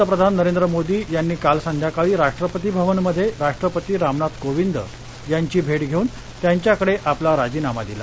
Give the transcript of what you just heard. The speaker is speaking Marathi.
पंतप्रधान नरेंद्र मोदी यांनी काल संध्याकाळी राष्ट्रपती भवन मध्ये राष्ट्रपती रामनाथ कोविंद यांची भेट धेऊन त्यांच्याकडे आपला राजीनामा दिला